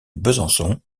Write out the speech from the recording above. besançon